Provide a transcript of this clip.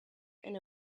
and